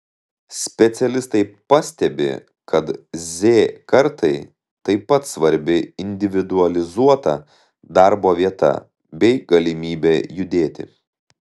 specialistai pastebi kad z kartai taip pat svarbi individualizuota darbo vieta bei galimybė judėti